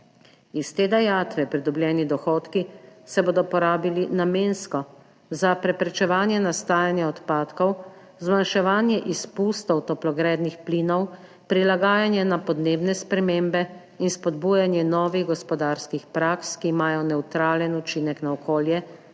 Iz te dajatve pridobljeni dohodki se bodo porabili namensko za preprečevanje nastajanja odpadkov, zmanjševanje izpustov toplogrednih plinov, prilagajanje na podnebne spremembe in spodbujanje novih gospodarskih praks, ki imajo nevtralen učinek na okolje,